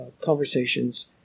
conversations